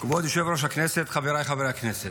כבוד יושב-ראש הישיבה, חבריי חברי הכנסת,